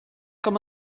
com